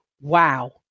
wow